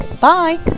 bye